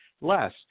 less